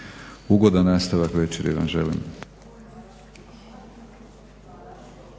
Ugodan nastavak večeri vam želim.